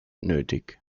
nötig